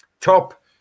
top